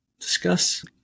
discuss